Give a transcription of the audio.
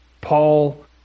Paul